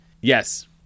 Yes